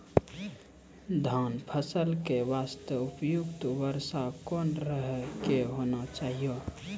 धान फसल के बास्ते उपयुक्त वर्षा कोन तरह के होना चाहियो?